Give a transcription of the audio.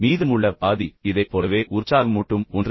மீதமுள்ள பாதி இதைப் போலவே உற்சாகமூட்டும் ஒன்று